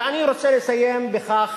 אני רוצה לסיים בכך